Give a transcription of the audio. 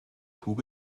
kuh